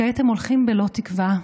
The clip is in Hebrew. כעת הם הולכים בלא תקווה,